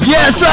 Yes